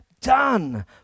done